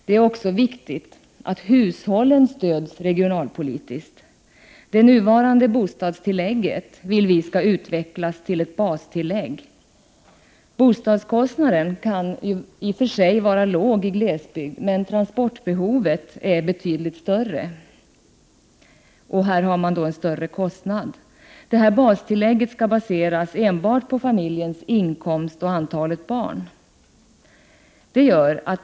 Det är också viktigt att hushållen stöds regionalpolitiskt. Det nuvarande bostadstillägget vill vi utveckla till ett bastillägg. Bostadskostnaden kan i och för sig vara låg i glesbygd, men transportbehovet är betydligt större där och medför en högre kostnad. Bastillägget skall baseras enbart på familjens inkomst och antalet barn.